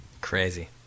Crazy